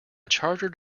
chartered